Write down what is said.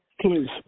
Please